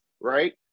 right